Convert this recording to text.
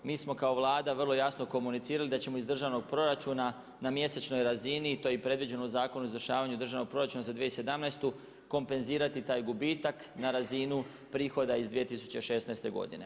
Mi smo kao Vlada vrlo jasno komunicirali da ćemo iz državnog proračuna na mjesečnoj razini, to je i predviđeno u Zakonu o izvršavanju državnog proračuna za 2017. kompenzirati taj gubitak na razinu prihoda iz 2016. godine.